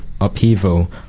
upheaval